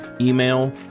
email